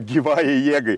gyvajai jėgai